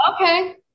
Okay